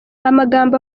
amagambo